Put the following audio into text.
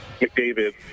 McDavid